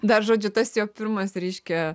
dar žodžiu tas jo pirmas reiškia